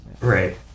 Right